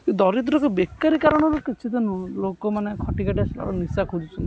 ଦରିଦ୍ରକୁ ବେକାରୀ କାରଣର କିଛି ତ ନୁହଁ ଲୋକମାନେ ଖଟିଖାଟି ଆସି ନିଶା ଖୋଜୁଛନ୍ତି